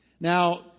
Now